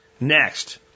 Next